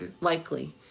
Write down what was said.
likely